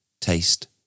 taste